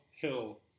Hill